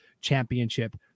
championship